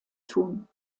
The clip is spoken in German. tun